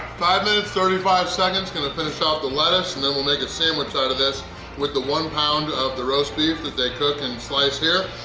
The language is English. five minutes thirty five seconds. gonna finish off the lettuce and then we'll make a sandwich out of this with the one pound of the roast beef that they cook and slice here.